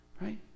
right